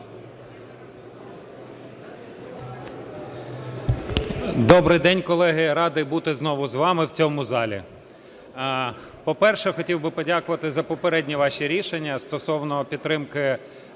Добрий день, колеги! Радий бути знову з вами в цьому залі. По-перше, хотів би подякувати за попередні ваші рішення стосовно підтримки